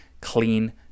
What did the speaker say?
clean